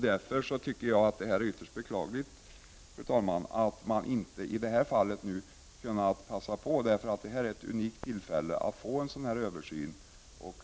Därför anser jag, fru talman, det ytterst beklagligt att man i detta fall inte har tagit vara på detta unika tillfälle att få till stånd en översyn.